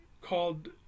called